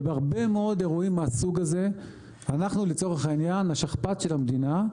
ובהרבה מאוד אירועים מהסוג הזה אנחנו לצורך העניין השכפ"ץ של המדינה,